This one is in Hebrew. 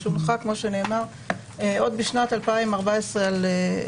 שהונחה עוד בשנת 2014 בכנסת.